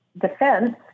defense